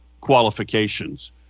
qualifications